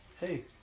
hey